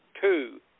Two